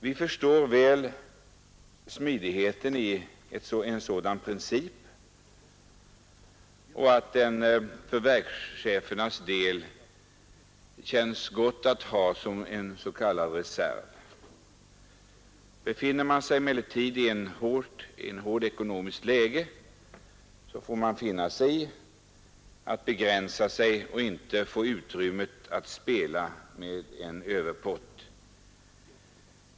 Vi förstår väl smidigheten i en sådan princip och att det för verkschefernas del känns gott att ha den som en s.k. reserv. Befinner man sig emellertid i ett hårt ekonomiskt läge, får man finna sig i att begränsa sig och inte få utrymme att spela med en överpott.